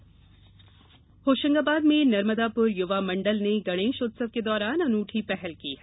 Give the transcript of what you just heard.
गोबर गणेश होशंगाबाद में नर्मदापुर युवा मंडल ने गणेश उत्सव के दौरान अनूंठी पहल की है